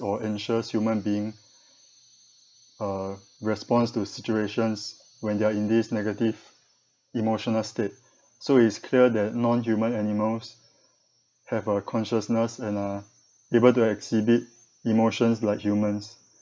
or anxious human being uh responds to situations when they're in this negative emotional state so it's clear that non-human animals have a consciousness and are able to exhibit emotions like humans